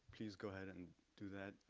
please go ahead and do that.